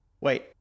Wait